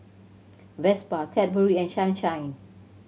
Vespa Cadbury and Sunshine